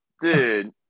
Dude